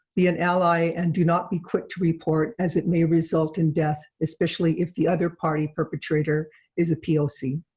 be an ally and do not be quick to report as it may result in death especially if the other party perpetrator is a poc.